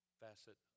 facet